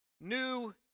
new